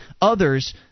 others